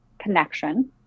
connection